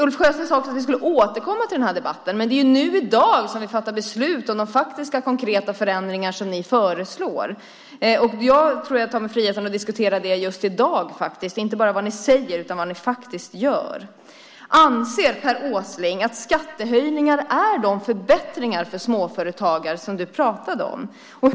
Ulf Sjösten sade också att vi skulle återkomma till den här debatten. Men det är ju i dag som vi fattar beslut om de faktiska, konkreta förändringar som ni föreslår. Jag tar mig friheten att diskutera det just i dag, inte bara vad ni säger utan vad ni faktiskt gör. Anser Per Åsling att skattehöjningar är de förbättringar för småföretagare som du pratade om?